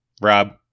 rob